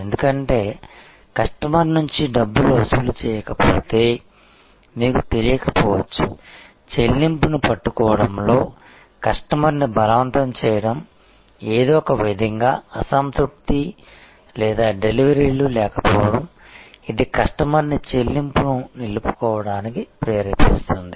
ఎందుకంటే కస్టమర్ నుంచి డబ్బులు వసూలు చేయకపోతే మీకు తెలియకపోవచ్చు చెల్లింపును పట్టుకోవడంలో కస్టమర్ని బలవంతం చేయడం ఏదో ఒకవిధంగా అసంతృప్తి లేదా డెలివరీలు లేకపోవడం ఇది కస్టమర్ని చెల్లింపును నిలుపుకోవడానికి ప్రేరేపిస్తుంది